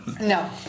No